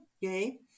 Yay